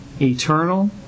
eternal